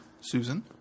Susan